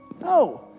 No